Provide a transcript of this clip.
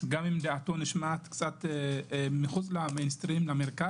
גם אם דעתו נשמעת מחוץ למרכז,